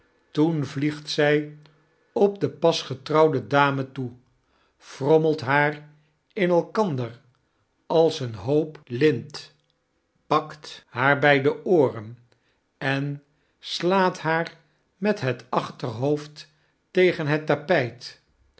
toen vliegt zij op de pas getrouwde dame toe frommelt haar in elkander als een hoop lint pakt haar by de ooren en slaat haar met het achterhoofd tegen het tapijt